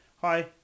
hi